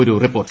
ഒരു റിപ്പോർട്ട്